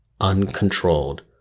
uncontrolled